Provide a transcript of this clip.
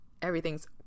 everything's